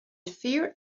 fear